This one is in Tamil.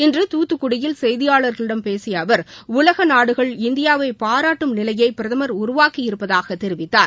இன்று தூத்துக்குடியில் செய்தியாளர்களிடம் பேசிய அவர் உலக நாடுகள் இந்தியாவை பாராட்டும் நிலையை பிரதமர் உருவாக்கியிருப்பதாக தெரிவித்தார்